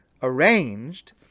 arranged